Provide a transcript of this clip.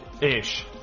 ish